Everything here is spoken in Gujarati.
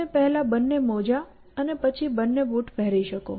તમે પહેલા બંને મોજાં અને પછી બે બૂટ પહેરી શકો